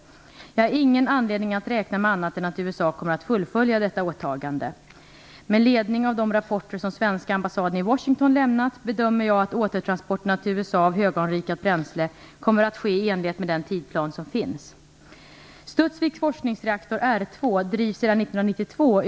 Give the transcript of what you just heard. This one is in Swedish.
Jag har ingen anledning att räkna med annat än att USA kommer att fullfölja detta åtagande. Med ledning av de rapporter som svenska ambassaden i Washington lämnat bedömer jag att återtransporterna till USA av höganrikat bränsle kommer att ske i enlighet med den tidsplan som finns.